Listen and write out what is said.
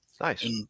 Nice